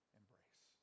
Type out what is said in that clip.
embrace